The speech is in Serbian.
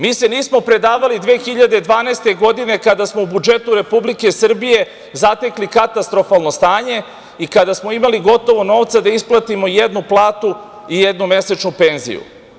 Mi se nismo predavali ni 2012. godine, kada smo u budžetu Republike Srbije, zatekli katastrofalno stanje i kada smo imali gotovo novca da isplatimo jednu platu i jednu mesečnu penziju.